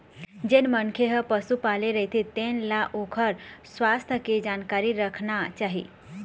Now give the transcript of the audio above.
जेन मनखे ह पशु पाले रहिथे तेन ल ओखर सुवास्थ के जानकारी राखना चाही